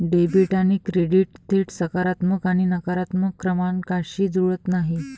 debit आणि credit थेट सकारात्मक आणि नकारात्मक क्रमांकांशी जुळत नाहीत